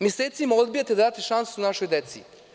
Mesecima odbijate da date šansu našoj deci.